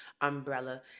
umbrella